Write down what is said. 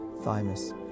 thymus